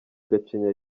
gacinya